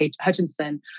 Hutchinson